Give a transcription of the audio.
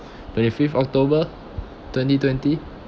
twenty fifth october twenty twenty